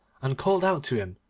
and called out to him,